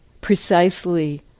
precisely